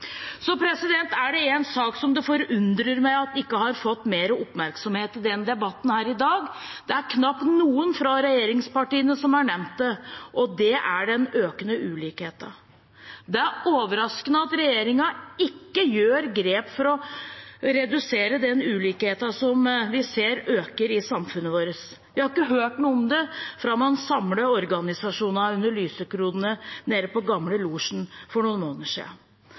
Så er det en sak som det forundrer meg at ikke har fått mer oppmerksomhet i debatten her i dag – knapt noen fra regjeringspartiene har nevnt det – og det er den økende ulikheten. Det er overraskende at regjeringen ikke tar grep for å redusere den ulikheten som vi ser øker i samfunnet vårt. Vi har ikke hørt noe om det siden man samlet organisasjonene under lysekronene nede på Gamle Logen for noen måneder